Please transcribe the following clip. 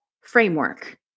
framework